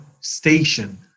station